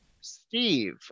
Steve